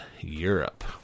Europe